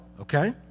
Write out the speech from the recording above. okay